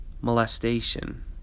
molestation